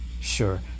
sure